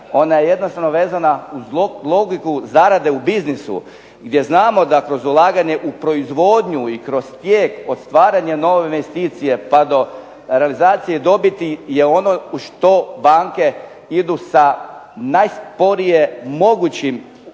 ona je jednostavno vezana uz logiku zarade u biznisu gdje znamo da kroz ulaganje u proizvodnju i kroz tijek od stvaranja nove investicije, pa do realizacije dobiti je ono što banke idu najsporije mogućim novcima